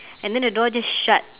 and then the door just shut